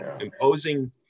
Imposing